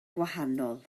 gwahanol